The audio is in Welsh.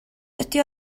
ydy